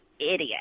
idiot